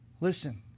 Listen